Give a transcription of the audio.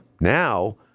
now